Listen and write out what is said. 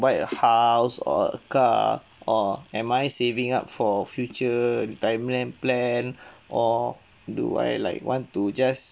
buy a house or a car or am I saving up for future retirement plan or do I like want to just